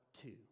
two